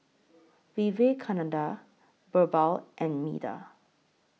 Vivekananda Birbal and Medha